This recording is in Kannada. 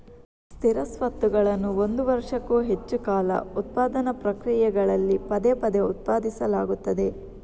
ಸ್ಥಿರ ಸ್ವತ್ತುಗಳನ್ನು ಒಂದು ವರ್ಷಕ್ಕೂ ಹೆಚ್ಚು ಕಾಲ ಉತ್ಪಾದನಾ ಪ್ರಕ್ರಿಯೆಗಳಲ್ಲಿ ಪದೇ ಪದೇ ಉತ್ಪಾದಿಸಲಾಗುತ್ತದೆ